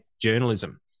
journalism